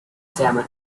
seven